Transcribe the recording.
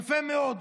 יפה מאוד.